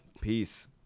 Peace